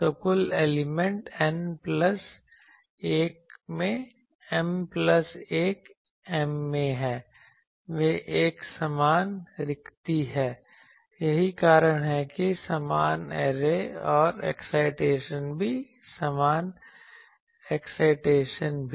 तो कुल element N plus 1 में M प्लस 1 में हैं वे एक समान रिक्ति हैं यही कारण है कि समान ऐरे और एक्साइटेशन भी समान एक्साइटेशन भी